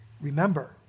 Remember